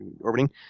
orbiting